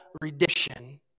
redemption